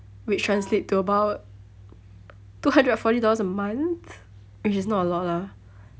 which translate to about two hundred forty dollars a month which is not a lot ah